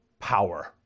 power